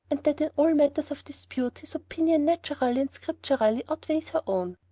and that in all matters of dispute his opinion naturally and scripturally outweighs her own.